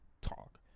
talk